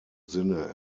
sinne